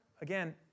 again